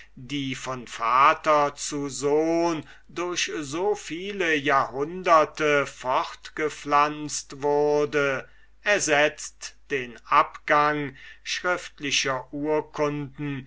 die von vater zu sohn durch so viele jahrhunderte fortgepflanzt wurde er setzt den abgang schriftlicher urkunden